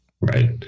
Right